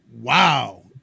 wow